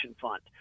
fund